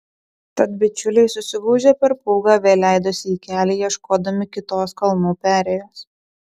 tad bičiuliai susigūžę per pūgą vėl leidosi į kelią ieškodami kitos kalnų perėjos